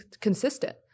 consistent